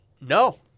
No